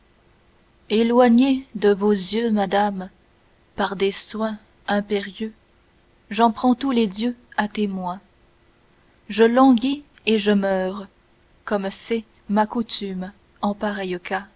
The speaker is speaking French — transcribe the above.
eloigné de vos yeux madame par des soins impérieux j'en prends tous les dieux à témoins je languis et je meurs comme c'est ma coutume en pareil cas